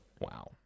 Wow